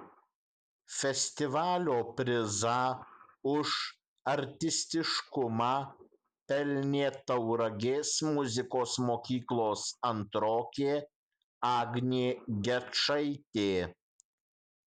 festivalio prizą už artistiškumą pelnė tauragės muzikos mokyklos antrokė agnė gečaitė